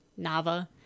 Nava